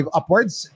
upwards